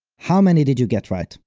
how many did you get right?